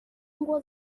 ngo